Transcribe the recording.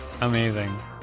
amazing